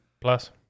Plus